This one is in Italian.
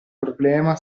problema